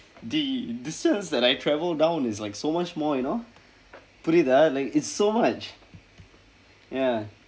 dey distance that I travel down is like so much more you know புரிதா:purithaa like it's so much ya